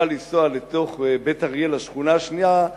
יוכל לנסוע לתוך בית-אריה, לשכונה השנייה,